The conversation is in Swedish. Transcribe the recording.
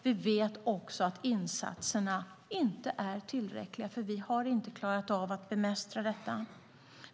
Vi vet också att insatserna inte är tillräckliga och att vi inte har klarat av att bemästra detta.